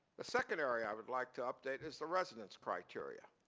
a second area i would like to up date is the residence criteria.